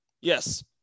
Yes